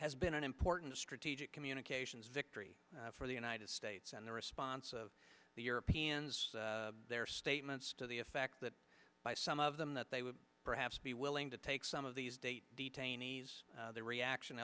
has been an important strategic communications for the united states and the response of the europeans their statements to the effect that some of them that they would perhaps be willing to take some of these date detainees their reaction